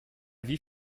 wie